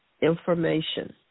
information